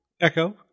echo